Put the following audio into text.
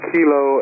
Kilo